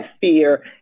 fear